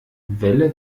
welle